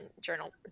journal